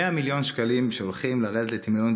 100 מיליון שקלים שהולכים לרדת לטמיון,